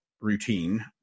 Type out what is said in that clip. routine